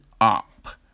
up